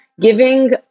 giving